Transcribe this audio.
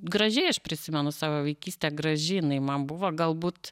gražiai aš prisimenu savo vaikystę grąži jinai man buvo galbūt